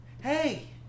Hey